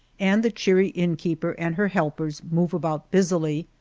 and the cheery innkeeper and her helpers move about busily.